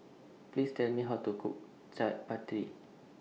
Please Tell Me How to Cook Chaat Papri